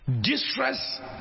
Distress